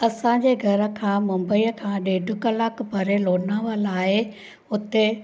असांजे घर खां मुंबई खां ॾेढि कलाकु परे लोनावला आहे उते